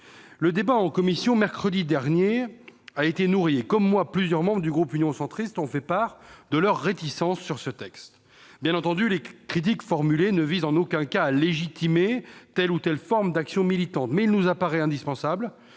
Le débat en commission mercredi dernier a été nourri et, comme moi, plusieurs membres du groupe UC ont fait part de leurs réticences sur ce texte. Bien entendu, les critiques formulées ne visent en aucun cas à légitimer telle ou telle forme d'action militante, mais il nous paraît indispensable